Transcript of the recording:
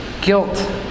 guilt